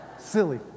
silly